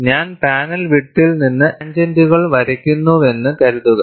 ഞാൻ പാനൽ വിഡ്ത്തിൽ നിന്ന് ടാൻജന്റുകൾ വരയ്ക്കുന്നുവെന്ന് കരുതുക